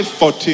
14